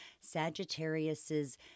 Sagittarius's